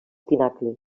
pinacles